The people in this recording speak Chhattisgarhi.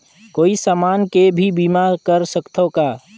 कोई समान के भी बीमा कर सकथव का?